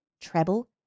treble